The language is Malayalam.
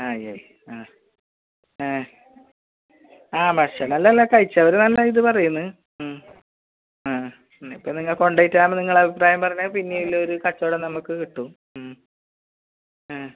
ആയി ആയി ആ ആ ആ ഭക്ഷണം എല്ലാം കഴിച്ചവർ നല്ല ഇത് പറയുന്നു ഉം ആ പിന്നെ ഇപ്പോൾ നിങ്ങൾ കൊണ്ടുപോയിട്ടാണ് നിങ്ങൾ അഭിപ്രായം പറഞ്ഞാൽ പിന്നെയുള്ളൊരു കച്ചവടം നമുക്ക് കിട്ടും ഉം ഉം